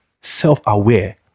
self-aware